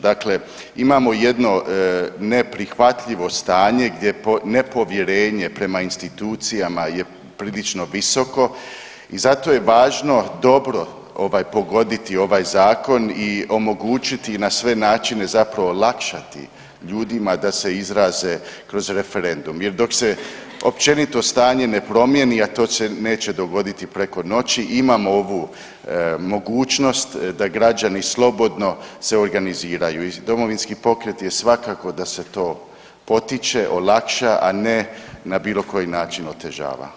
Dakle, imamo jedno neprihvatljivo stanje gdje nepovjerenje prema institucijama je prilično visoko i zato je važno dobro pogoditi ovaj zakon i omogućiti na sve načine zapravo olakšati ljudima da se izraze kroz referendum jer dok se općenito stanjene promijeni, a to se neće dogoditi preko noći imamo ovu mogućnost da građani slobodno se organiziraju i Domovinski pokret je svakako da se to potiče, olakša, a ne na bilo koji način otežava.